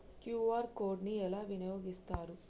QR code ని ఎలా వినియోగిస్తారు?